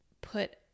put